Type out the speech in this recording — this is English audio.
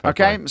Okay